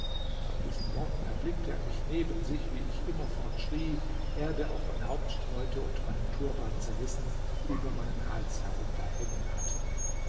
bei diesen worten erblickte er mich neben sich wie ich immerfort schrie erde auf mein haupt streute und meinen turban zerrissen über meinen hals herunterhängen hatte